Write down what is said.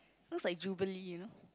looks like jubilee you know